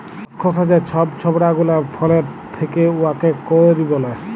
খসখসা যা ছব ছবড়া গুলা ফলের থ্যাকে উয়াকে কইর ব্যলে